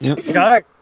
Scott